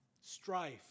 strife